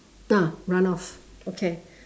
ah run off okay